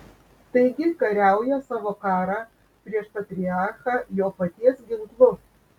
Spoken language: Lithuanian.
taigi kariauja savo karą prieš patriarchą jo paties ginklu